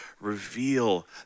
reveal